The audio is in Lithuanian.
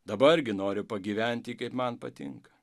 dabar gi noriu pagyventi kaip man patinka